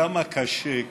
כמה קשה,